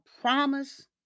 promise